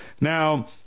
Now